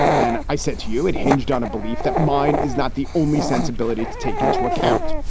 and i said to you it hinged on a belief that mine is not the only sensibility to take into account.